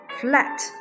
flat